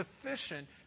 sufficient